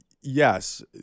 yes